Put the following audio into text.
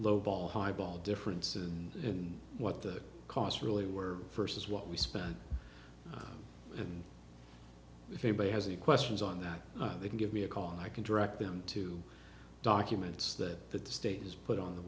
lowball highball difference and what the costs really were first is what we spend and if anybody has any questions on that they can give me a call and i can direct them to documents that the state has put on the